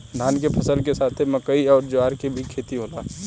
धान के फसल के साथे मकई अउर ज्वार के भी खेती होला